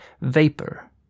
Vapor